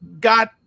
got